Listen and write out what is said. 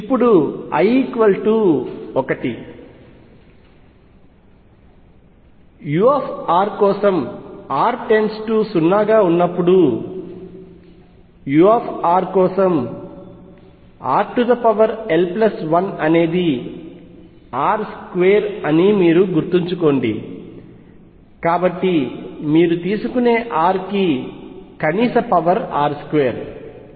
ఇప్పుడు l 1 u కోసం r 0 ఉన్నప్పుడు u కోసం rl1 అనేది r2 అని గుర్తుంచుకోండి కాబట్టి మీరు తీసుకునే r కి కనీస పవర్ r2